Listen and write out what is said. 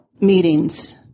meetings